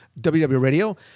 WWRadio